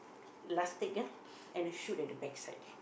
elastic ah and I shoot at the backside